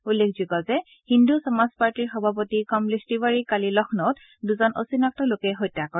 উল্লেখযোগ্য যে হিন্দু সমাজ পাৰ্টীৰ সভাপতি কমলেশ তিৱাৰীক কালি লক্ষ্ণৌত দুজন অচিনাক্ত লোকে হত্যা কৰে